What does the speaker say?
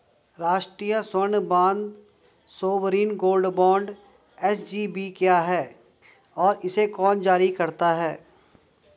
राष्ट्रिक स्वर्ण bond sovereign gold bond SGB क्या है और इसे कौन जारी करता है?